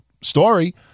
story